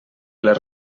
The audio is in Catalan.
les